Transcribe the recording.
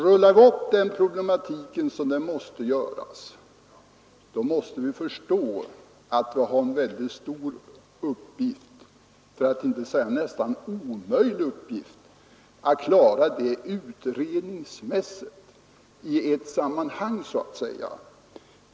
Rullar vi upp problematiken som vi måste göra är det nödvändigt att förstå att det är en mycket stor, för att inte säga nästan omöjlig, uppgift att klara en sådan utredning i ett sammanhang.